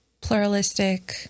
pluralistic